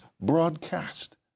broadcast